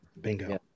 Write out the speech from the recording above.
bingo